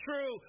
true